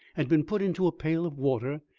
had been put into a pail of water,